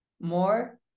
more